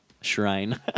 shrine